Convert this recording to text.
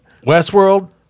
Westworld